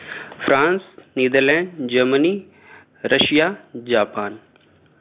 France Netherlands Germany Russia Japan